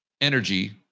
energy